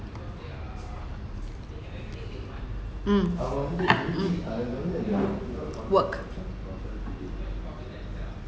mm mm work